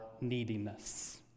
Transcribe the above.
neediness